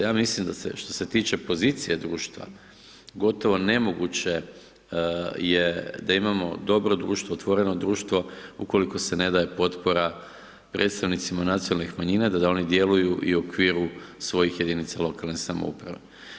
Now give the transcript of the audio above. Ja mislim, što se tiče pozicije društva, gotovo nemoguće je da imamo dobro društvo, otvoreno društvo, ukoliko se ne daje potpora predstavnicima nacionalnih manjina, da oni djeluju i u okviru svojih jedinica lokalne samouprave.